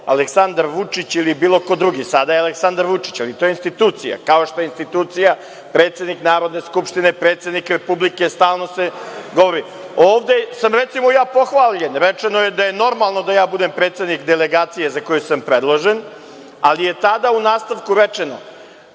Aleksandar Vučić ili bilo ko drugi, sada je Aleksandar Vučić, ali to je institucija, kao što je institucija predsednik Narodne skupštine, predsednik Republike, stalno se govori. Ovde sam, recimo, ja pohvaljen, rečeno je da je normalno da ja budem predsednik delegacije za koju sam predložen, ali je tada u nastavku rečeno